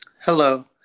Hello